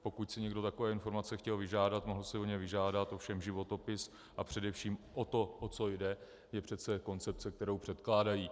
Pokud si někdo takové informace chtěl vyžádat, mohl si je vyžádat, ovšem životopis a především to, o co jde, je přece koncepce, kterou předkládají.